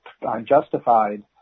unjustified